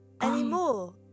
anymore